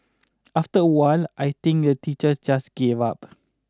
after a while I think the teachers just gave up